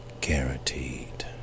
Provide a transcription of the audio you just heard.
Guaranteed